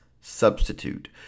substitute